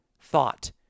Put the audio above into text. thought